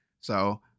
So-